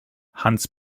hans